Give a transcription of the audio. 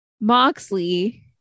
Moxley